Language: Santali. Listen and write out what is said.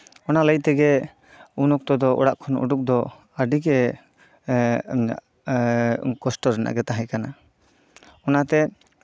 ᱚᱱᱟ ᱞᱟᱹᱭ ᱛᱮᱜᱮ ᱩᱱ ᱚᱠᱛᱚ ᱫᱚ ᱚᱲᱟᱜ ᱠᱷᱚᱱ ᱩᱰᱩᱠ ᱟᱹᱰᱤᱜᱮ ᱮᱜ ᱠᱚᱥᱴᱚ ᱨᱮᱱᱟᱜ ᱜᱮ ᱛᱟᱦᱮᱸ ᱠᱟᱱᱟ ᱚᱱᱟᱛᱮ